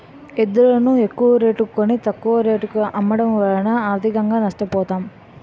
ఎద్దులును ఎక్కువరేటుకి కొని, తక్కువ రేటుకు అమ్మడము వలన ఆర్థికంగా నష్ట పోతాం